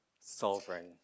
sovereign